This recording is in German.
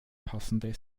passende